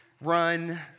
run